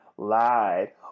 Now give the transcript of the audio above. lied